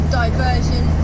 diversion